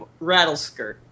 Rattleskirt